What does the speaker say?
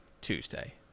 tuesday